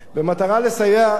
במטרה לסייע,